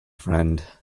friend